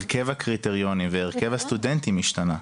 הרכב הקריטריונים והרכב הסטודנטים השתנה.